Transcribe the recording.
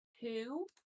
Two